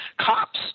cops